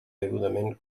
degudament